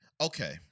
Okay